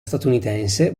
statunitense